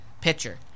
pitcher